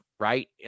Right